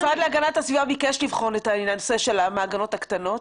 המשרד להגנת הסביבה ביקש לבחון את הנושא של המעגנות הקטנות.